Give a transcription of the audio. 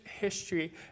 history